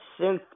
synth